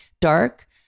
Dark